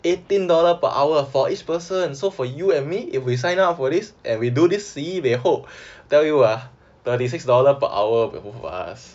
eighteen dollar per hour for each person so for you and me if we sign up for this and we do this sibeh ho tell you ah thirty six dollar per hour for the both of us